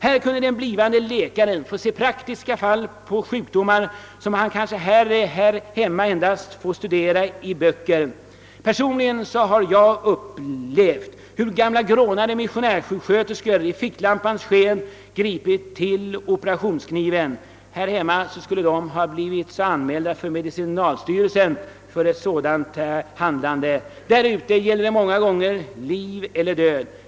Där kunde den blivande läkaren få se sjukdomsfall, som han här hemma kanske bara kan studera i böcker. Jag har själv upplevt hur en grånad sjuksköterska i ficklampssken fått gripa till operationskniven. Här hemma skulle hon ha blivit anmäld för medicinalstyrelsen för ett sådant handlande; där ute. gäller det många gånger liv eller död.